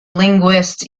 linguist